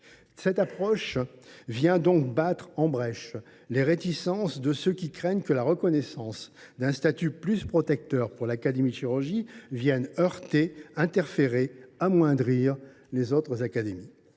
Cette approche vient donc battre en brèche les résistances de ceux qui craignent que la reconnaissance d’un statut plus protecteur pour l’Académie nationale de chirurgie vienne heurter, interférer, amoindrir les autres académies.